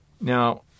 Now